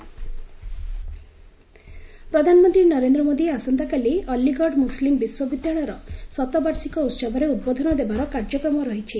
PM Aligarh ପ୍ରଧାନମନ୍ତ୍ରୀ ନରେନ୍ଦ୍ର ମୋଦି ଆସନ୍ତାକାଲି ଅଲିଗଡ ମ୍ରସଲିମ୍ ବିଶ୍ୱବିଦ୍ୟାଳୟର ଶତବାର୍ଷିକ ଉହବରେ ଉଦ୍ବୋଧନ ଦେବାର କାର୍ଯ୍ୟକ୍ରମ ରହିଛି